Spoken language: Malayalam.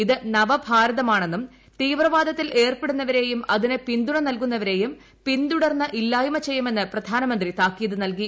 ഇത് നവഭാരതമാണെന്നും തീവ്രവാദത്തിൽ ഏർപ്പെടുന്നവരെയും അതിന് പിന്തുണ നൽകുന്നവരെയും പിന്തുടർന്ന് അവരെ ഇല്ലായ്മ ചെയ്യുമെന്ന് പ്രധാനമന്ത്രി താക്കീത് നൽകി